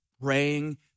praying